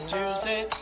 Tuesday